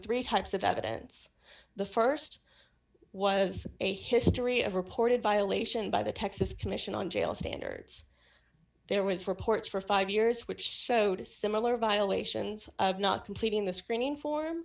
three types of evidence the st was a history of reported violation by the texas commission on jail standards there was reports for five years which showed a similar violations of not completing the screening for